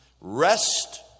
rest